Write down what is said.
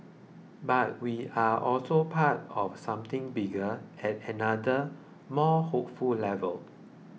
but we are also part of something bigger at another more hopeful level